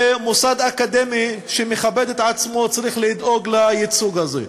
ומוסד אקדמי שמכבד את עצמו צריך לדאוג לייצוג הזה.